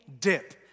dip